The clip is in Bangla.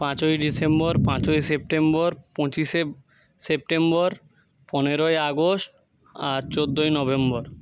পাঁচই ডিসেম্বর পাঁচই সেপ্টেম্বর পঁচিশে সেপ্টেম্বর পনেরোই আগস্ট আর চোদ্দই নভেম্বর